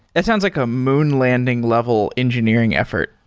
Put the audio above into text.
it sounds like a moon landing level engineering effort.